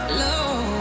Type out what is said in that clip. love